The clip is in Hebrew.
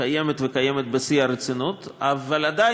היא קיימת,